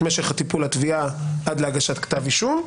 משך הטיפול לתביעה עד להגשת כתב אישום.